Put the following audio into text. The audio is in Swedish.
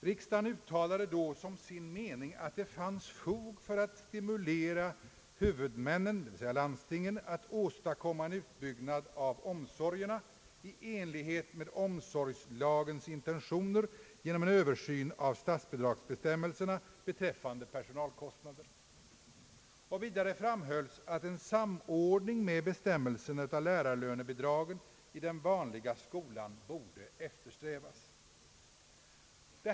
Riksdagen uttalade då som sin mening att det fanns fog för att stimulera huvudmännen, dvs. landstingen, till att åstadkomma en utbyggnad av omsorgerna i enlighet med omsorgslagens intentioner genom en översyn av statsbidragsbestämmelserna beträffande personalkostnad. Vidare framhölls att en samordning med bestämmelserna för lärarlönebidragen till den vanliga skolan borde eftersträvas.